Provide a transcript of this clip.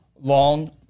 long